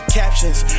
captions